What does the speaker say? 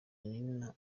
nina